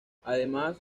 además